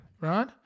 Right